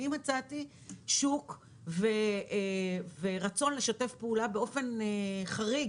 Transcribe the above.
אני מצאתי שוק ורצון לשתף פעולה באופן חריג,